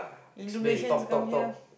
Indonesians come here